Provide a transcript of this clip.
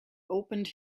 opened